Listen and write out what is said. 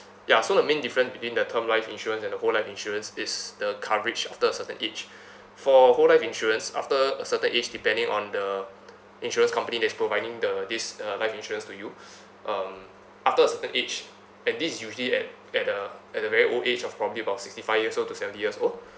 ya so that main difference between the term life insurance and the whole life insurance is the coverage after a certain age for whole life insurance after a certain age depending on the insurance company that is providing the this uh life insurance to you um after a certain age and this is usually at at a at the very old age of probably about sixty five years old to seventy years old